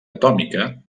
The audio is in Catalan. atòmica